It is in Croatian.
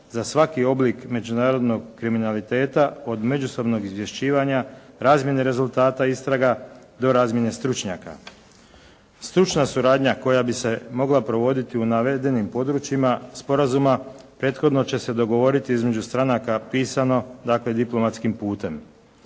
za svaki oblik međunarodnog kriminaliteta od međusobnog izvješćivanja, razmjene rezultata istraga do razmjene stručnjaka. Stručna suradnja koja bi se mogla provoditi u navedenim područjima sporazuma prethodno će se dogovoriti između stranaka pisano, dakle diplomatskim putem.